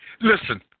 Listen